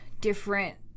Different